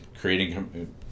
creating